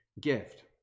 gift